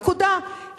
נקודה.